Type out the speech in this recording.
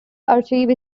archive